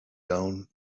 down